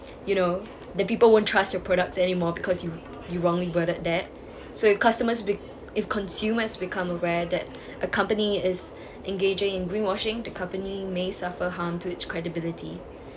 you know the people won't trust your products anymore because you you wrongly worded that so if customers be~ if consumers become aware that a company is engaging in greenwashing the company may suffer harm to it's credibility